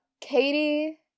Katie